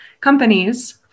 companies